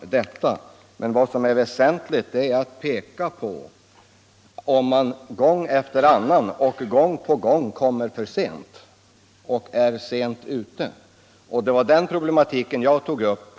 den saken klarlagd: Vad som däremot kan vara väsentligt är att man kan peka på att någon gång på gång har varit för sent ute. Det var den problematiken jag tog upp.